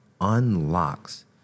unlocks